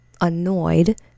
annoyed